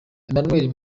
emmanuel